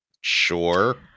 Sure